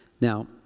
Now